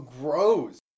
gross